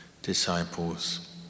disciples